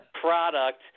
product